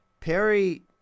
Perry